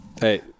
Hey